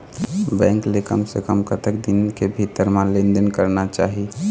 Bank ले कम से कम कतक दिन के भीतर मा लेन देन करना चाही?